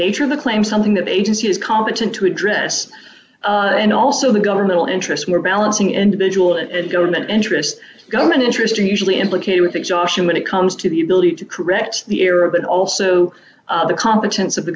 nature of the claim something that agency is competent to address and also the governmental interests were balancing individual and government interest government interesting usually implicated with exhaustion when it comes to the ability to correct the error but also the competence of the